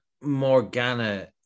Morgana